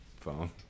phone